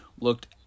looked